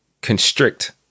constrict